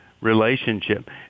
relationship